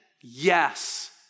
yes